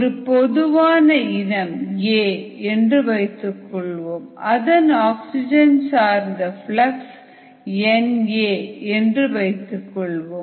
ஒரு பொதுவான இனம் A என்று வைத்துக்கொள்வோம் அதன் ஆக்சிஜன் சார்ந்த ஃப்ளக்ஸ் NAஎன்று எடுத்துக்கொள்வோம்